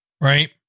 right